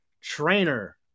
trainer